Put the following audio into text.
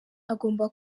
agomba